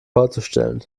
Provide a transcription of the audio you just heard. vorzustellen